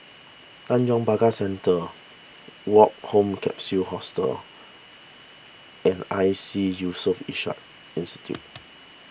Tanjong Pagar Centre Woke Home Capsule Hostel and Iseas Yusof Ishak Institute